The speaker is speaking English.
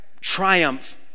triumph